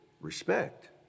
respect